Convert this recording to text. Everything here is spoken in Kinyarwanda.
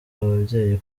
ababyeyi